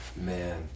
Man